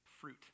fruit